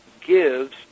gives